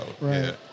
Right